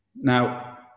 Now